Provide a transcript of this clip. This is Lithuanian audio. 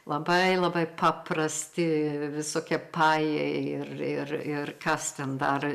labai labai paprasti visokie pajai ir ir ir kas ten dar